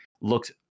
looks